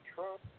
Trump